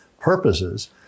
purposes